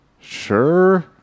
sure